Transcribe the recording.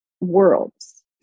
worlds